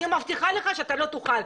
אני מבטיחה לך שאתה לא תוכל,